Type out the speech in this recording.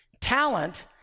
Talent